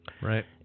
Right